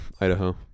Idaho